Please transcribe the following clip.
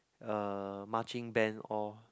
uh marching band all